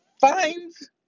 finds